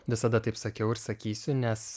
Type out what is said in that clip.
visada taip sakiau ir sakysiu nes